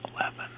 eleven